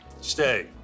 Stay